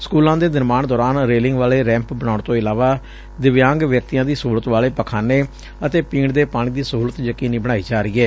ਸਕੁਲਾਂ ਦੇ ਨਿਰਮਾਣ ਦੌਰਾਨ ਰੇਲਿੰਗ ਵਾਲੇ ਰੈੱਪ ਬਣਾਉਣ ਤੋਂ ਇਲਾਵਾ ਦਿਵਿਆਂਗ ਵਿਅਕਤੀਆਂ ਦੀ ਸਹੂਲਤ ਵਾਲੇ ਪਖਾਨੇ ਤੇ ਪੀਣ ਦੇ ਪਾਣੀ ਦੀ ਸਹੂਲਤ ਯਕੀਨੀ ਬਣਾਈ ਜਾ ਰਹੀ ਏ